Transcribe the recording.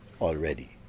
Already